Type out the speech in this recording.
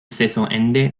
saisonende